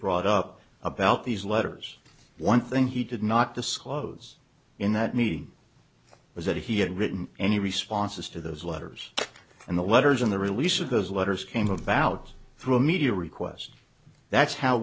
brought up about these letters one thing he did not disclose in that meeting was that he had written any responses to those letters and the letters in the release of those letters came about through media requests that's how